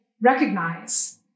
recognize